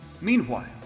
Meanwhile